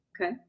Okay